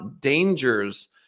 dangers